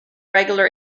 regular